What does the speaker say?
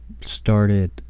started